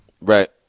Right